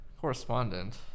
correspondent